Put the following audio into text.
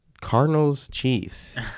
Cardinals-Chiefs